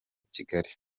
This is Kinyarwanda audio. kigali